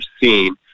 seen